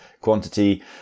quantity